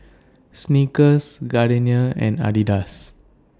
Snickers Gardenia and Adidas